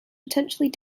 potentially